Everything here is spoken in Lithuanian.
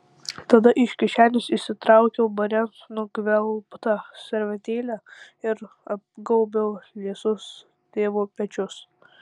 tada iš kišenės išsitraukiau bare nugvelbtą servetėlę ir apgaubiau liesus tėvo pečius